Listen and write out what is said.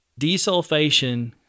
desulfation